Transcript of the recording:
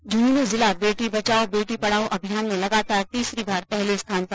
झुंझुनूं जिला बेटी बचाओ बेटी पढ़ाओ अभियान में लगातार तीसरी बार पहले स्थान पर